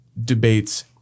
debates